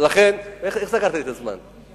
איך סגרת לי את הזמן?